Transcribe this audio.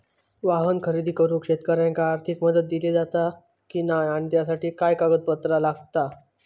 वाहन खरेदी करूक शेतकऱ्यांका आर्थिक मदत दिली जाता की नाय आणि त्यासाठी काय पात्रता लागता?